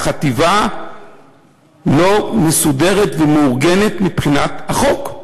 החטיבה לא מסודרת ומאורגנת מבחינת החוק.